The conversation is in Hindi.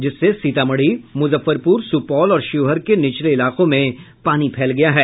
जिससे सीतामढ़ी मुजफ्फरपुर सुपौल और शिवहर के निचले इलाकों में पानी फैल गया है